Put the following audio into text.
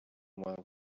will